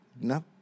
No